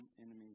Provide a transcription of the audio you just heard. enemy